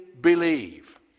believe